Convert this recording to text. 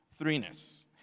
threeness